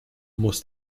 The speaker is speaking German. muss